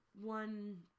one